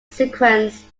sequence